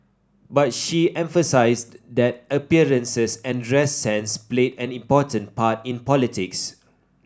but she emphasised that appearances and dress sense played an important part in politics